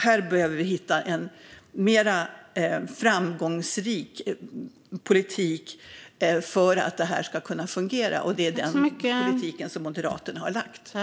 Här behöver vi hitta en mer framgångsrik politik för att det ska kunna fungera. Det är den politiken som Moderaterna har lagt fram.